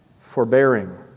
forbearing